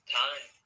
time